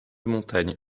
montagnes